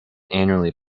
annually